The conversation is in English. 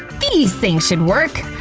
these things should work!